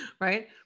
right